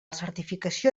certificació